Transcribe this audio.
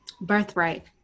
birthright